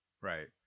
Right